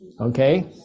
Okay